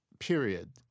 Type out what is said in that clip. period